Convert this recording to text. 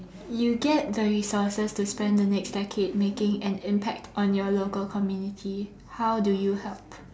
you get the resources to spend the next decade making an impact on your local community how do you help